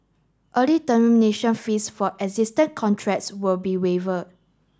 early termination fees for existed contracts will be waiver